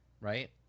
right